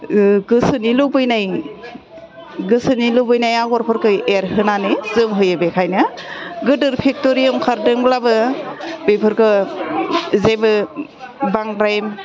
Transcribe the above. गोसोनि लुबैनाय गोसोनि लुबैनाय आग'रफोरखो एरहोनानै जोमहोयो बेखायनो गोदोर फेक्ट'रि ओंखारदोंब्लाबो बेफोरखौ जेबो बांद्राय